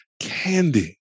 candy